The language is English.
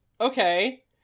okay